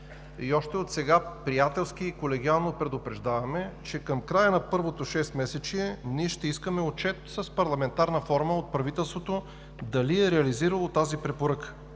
и още отсега приятелски и колегиално предупреждаваме, че към края на първото шестмесечие ще искаме отчет с парламентарна форма от правителството дали е реализирало тази препоръка,